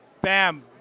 Bam